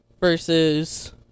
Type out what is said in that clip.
versus